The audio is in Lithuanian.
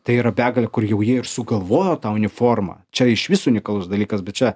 tai yra begalė kur jau jie ir sugalvojo tą uniformą čia išvis unikalus dalykas bet čia